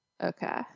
okay